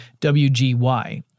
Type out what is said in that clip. WGY